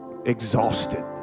Exhausted